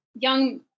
young